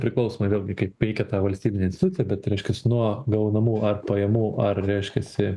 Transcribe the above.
priklausomai vėlgi kaip veikia ta valstybinė institucija bet reiškias nuo gaunamų ar pajamų ar reiškiasi